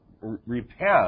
repent